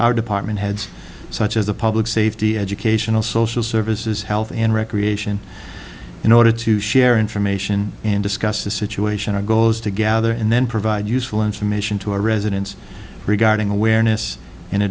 our department heads such as the public safety educational social services health and recreation in order to share information and discuss the situation our goal is to gather and then provide useful information to our residents regarding awareness in a